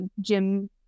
gym